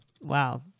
Wow